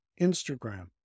Instagram